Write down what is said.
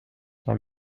dans